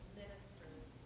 ministers